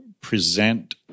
present